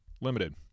Limited